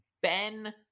Ben